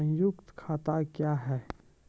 संयुक्त खाता क्या हैं?